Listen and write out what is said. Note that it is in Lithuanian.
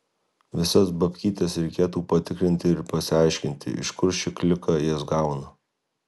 visas babkytes reikėtų patikrinti ir pasiaiškinti iš kur ši klika jas gauna